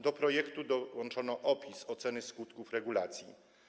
Do projektu dołączono opis oceny skutków regulacji.